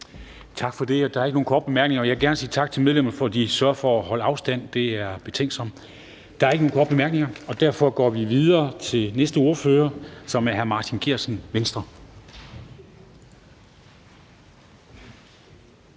Tak for det, og jeg vil gerne sige tak til medlemmerne for, at de sørger for at holde afstand – det er betænksomt. Der er ikke nogen korte bemærkninger, og derfor går vi videre til næste ordfører, som er hr. Martin Geertsen, Venstre.